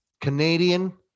Canadian